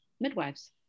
midwives